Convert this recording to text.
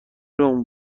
روم